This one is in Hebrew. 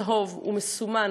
הוא מסומן,